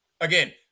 Again